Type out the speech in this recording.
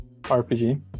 RPG